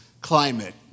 climate